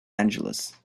angeles